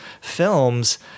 films